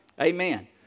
Amen